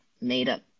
made-up